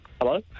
Hello